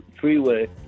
freeway